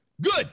Good